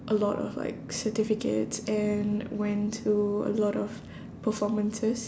a lot of like certificates and went to a lot of performances